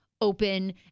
open